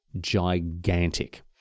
gigantic